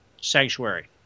Sanctuary